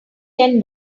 ten